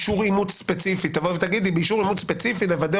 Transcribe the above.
כדי שההורים יוכלו לשקול אם לאמץ אותו או לא,